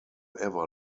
ever